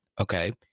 okay